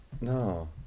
No